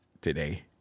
Today